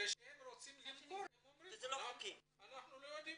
כשהם רוצים למכור הם אומרים "אנחנו לא יודעים,